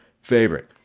favorite